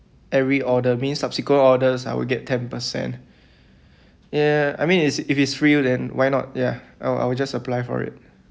every order means subsequent orders I will get ten percent ya I mean it's if it's free then why not ya I will I will just apply for it